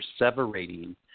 perseverating